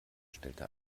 stellte